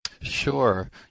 Sure